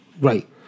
Right